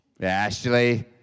Ashley